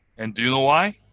and do you know why?